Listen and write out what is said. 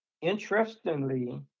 interestingly